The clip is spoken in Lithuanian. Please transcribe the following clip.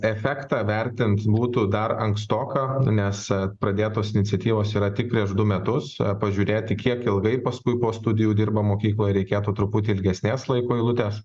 efektą vertint būtų dar ankstoka nes pradėtos iniciatyvos yra tik prieš du metus pažiūrėti kiek ilgai paskui po studijų dirba mokykloj reikėtų truputį ilgesnės laiko eilutės